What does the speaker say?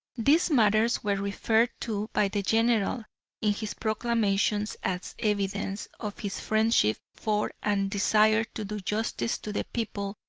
these matters were referred to by the general in his proclamation as evidence of his friendship for and desire to do justice to the people.